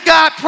God